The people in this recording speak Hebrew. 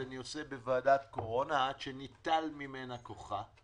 אני עושה בוועדת קורונה עד שניטל ממנה כוחה.